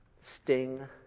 sting